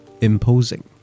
imposing